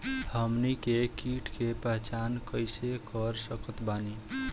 हमनी के कीट के पहचान कइसे कर सकत बानी?